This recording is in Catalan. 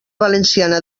valenciana